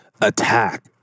attack